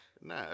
No